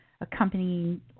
accompanying